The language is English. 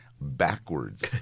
backwards